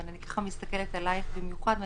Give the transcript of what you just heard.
ואני מסתכלת עלייך במיוחד,